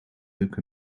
look